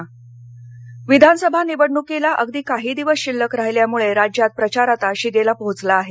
प्रचार विधानसभा निवडणुकीला अगदी काही दिवस शिल्लक राहिल्यामुळे राज्यात प्रचार आता शिगेला पोचला आहे